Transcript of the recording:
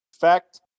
Fact